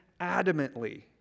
adamantly